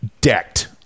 decked